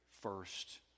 first